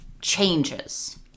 changes